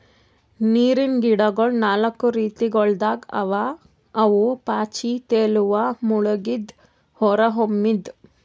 ನೀರಿನ್ ಗಿಡಗೊಳ್ ನಾಕು ರೀತಿಗೊಳ್ದಾಗ್ ಅವಾ ಅವು ಪಾಚಿ, ತೇಲುವ, ಮುಳುಗಿದ್ದು, ಹೊರಹೊಮ್ಮಿದ್